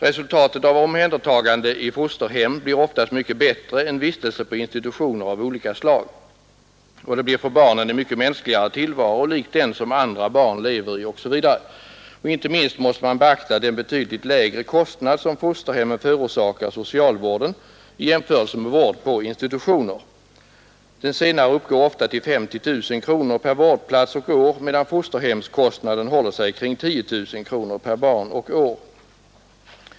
Resultatet vid omhändertagande i fosterhem blir oftast mycket bättre än vid vistelse på institutioner av olika slag. Det blir för barnen en mycket mänskligare tillvaro, lik den som andra barn lever i osv. Inte minst måste man beakta den betydligt lägre kostnad som fosterhemmen förorsakar socialvården i jämförelse med om vård ges på institutioner. Kostnaden för den senare vårdformen uppgår ofta till 50 000 kronor per vård plats och år medan fosterhemskostnaden håller sig kring 10 000 kronor per barn och år.